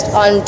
on